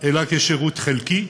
אלא כשירות חלקי,